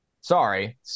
sorry